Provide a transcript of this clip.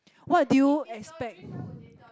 what do you expect